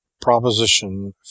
Proposition